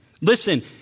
Listen